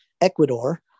ecuador